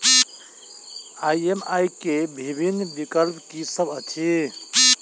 EMI केँ विभिन्न विकल्प की सब अछि